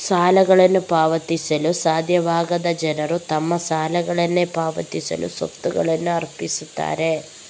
ಸಾಲಗಳನ್ನು ಪಾವತಿಸಲು ಸಾಧ್ಯವಾಗದ ಜನರು ತಮ್ಮ ಸಾಲಗಳನ್ನ ಪಾವತಿಸಲು ಸ್ವತ್ತುಗಳನ್ನ ಅರ್ಪಿಸುತ್ತಾರೆ